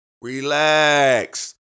Relax